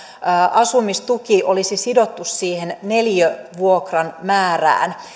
asumistuki olisi sidottu siihen neliövuokran määrään